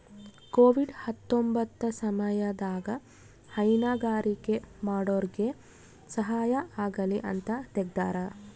Covid ಹತ್ತೊಂಬತ್ತ ಸಮಯದಾಗ ಹೈನುಗಾರಿಕೆ ಮಾಡೋರ್ಗೆ ಸಹಾಯ ಆಗಲಿ ಅಂತ ತೆಗ್ದಾರ